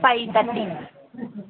five thirty